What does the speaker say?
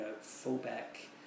fullback